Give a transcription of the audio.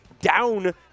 down